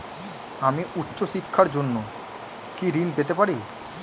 আমি উচ্চশিক্ষার জন্য কি ঋণ পেতে পারি?